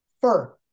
fur